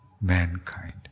mankind